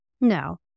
No